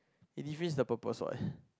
it defeats the purpose what